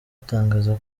itangaza